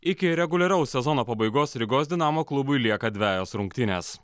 iki reguliaraus sezono pabaigos rygos dinamo klubui lieka dvejos rungtynės